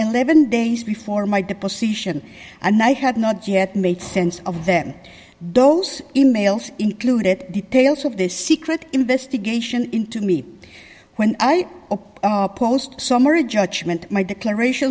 eleven days before my deposition and i had not yet made sense of them those e mails included details of this secret investigation into me when i post summary judgment my declaration